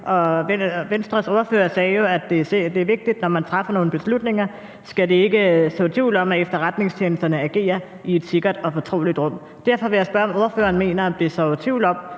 Venstres ordfører sagde jo, at det er vigtigt, at når man træffer nogle beslutninger, skal der ikke sås tvivl om, at efterretningstjenesterne agerer i et sikkert og fortroligt rum. Derfor vil jeg spørge, om ordføreren mener,